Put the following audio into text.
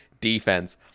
defense